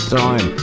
time